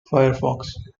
firefox